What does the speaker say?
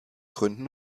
gründen